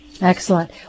Excellent